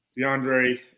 DeAndre